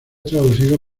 traducido